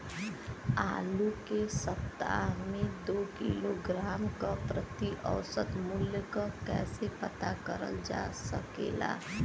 आलू के सप्ताह में दो किलोग्राम क प्रति औसत मूल्य क कैसे पता करल जा सकेला?